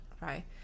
right